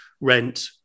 rent